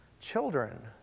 children